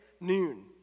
Noon